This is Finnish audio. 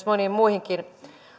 moniin muihinkin